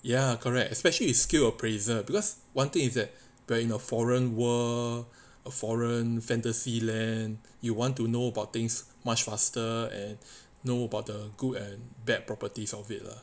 ya correct especially his skill appraiser because one thing is that we're in a foreign world a foreign fantasy land you want to know about things much faster and know about the good and bad properties of it lah